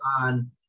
on